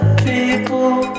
people